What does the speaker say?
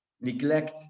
neglect